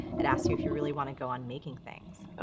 it asks you if you really wanna go on making things. oh,